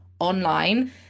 online